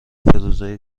روزای